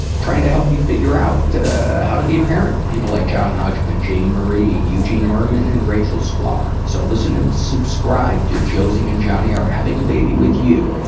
trying to help em figure out, ah, how to be a parent. people like john hodgman, jane marie, eugene mirman, and rachel sklar. so listen and subscribe to josie and jonny are having a baby with you!